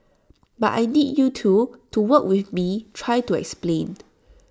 but I need you too to work with me try to explain